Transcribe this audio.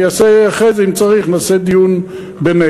אחרי זה, אם צריך, נעשה דיון בינינו.